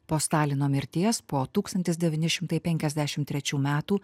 po stalino mirties po tūkstantis devyni šimtai penkiasdešim trečių metų